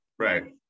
Right